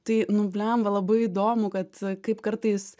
tai nu bliamba labai įdomu kad kaip kartais